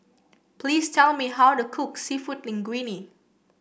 please tell me how to cook seafood Linguine